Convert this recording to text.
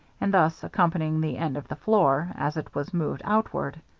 and thus accompany the end of the floor as it was moved outward.